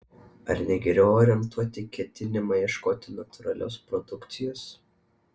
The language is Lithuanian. ar ne geriau orientuoti ketinimą ieškoti natūralios produkcijos